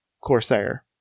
Corsair